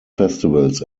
festivals